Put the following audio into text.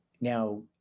Now